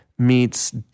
meets